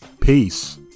peace